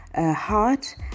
heart